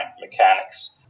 mechanics